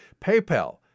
PayPal